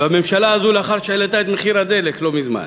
והממשלה הזאת, לאחר שהעלתה את מחיר הדלק לא מזמן,